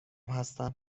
هستم